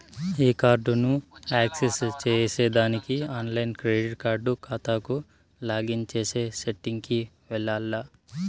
ఈ కార్డుని యాక్సెస్ చేసేదానికి ఆన్లైన్ క్రెడిట్ కార్డు కాతాకు లాగిన్ చేసే సెట్టింగ్ కి వెల్లాల్ల